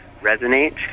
resonate